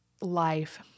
life